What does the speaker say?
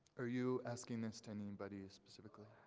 are you asking this to anybody specifically?